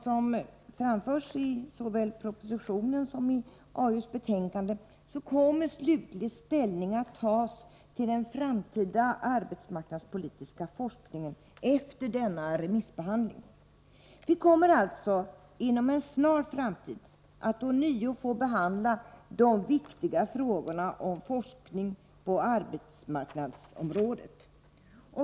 Som framförs såväl i propositionen som i arbetsmarknadsutskottets betänkande kommer slutlig ställning att tas till den framtida arbetsmarknadspolitiska forskningen efter denna remissbehandling. Vi kommer alltså inom en snar framtid att ånyo få behandla de viktiga frågorna om forskning på arbetsmarknadsområdet.